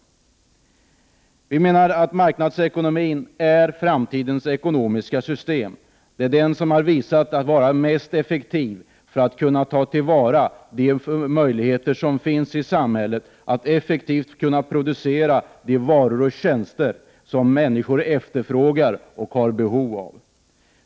Vi moderater menar att marknadsekonomin är framtidens ekonomiska system. Det är den som har visat sig vara mest effektiv för att kunna ta till vara de möjligheter som finns i samhället att effektivt kunna producera de varor och tjänster som människor efterfrågar och har behov av.